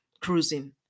cruising